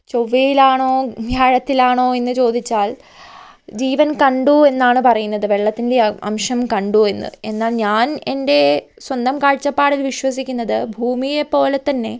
ചൊവ്വയിലാണോ വ്യാഴത്തിലാണോ എന്നു ചോദിച്ചാൽ ജീവൻ കണ്ടൂ എന്നാണ് പറയുന്നത് വെള്ളത്തിൻ്റെ അംശം കണ്ടൂ എന്ന് എന്നാൽ ഞാൻ എൻ്റെ സ്വന്തം കാഴ്ചപ്പാടിൽ വിശ്വസിക്കുന്നത് ഭൂമിയെ പോലെ തന്നെ